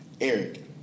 Eric